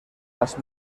las